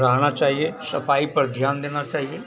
रहना चाहिए सफाई पर ध्यान देना चाहिए